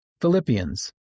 Philippians